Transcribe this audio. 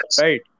right